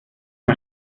das